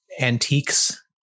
antiques